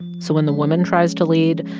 so when the woman tries to lead,